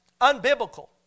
unbiblical